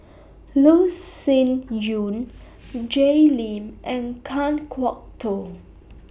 Loh Sin Yun Jay Lim and Kan Kwok Toh